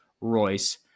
Royce